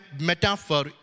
metaphor